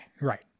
Right